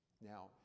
Now